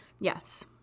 Yes